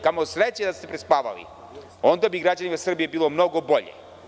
Kamo sreće da ste prespavali, onda bi građanima Srbije bilo mnogo bolje.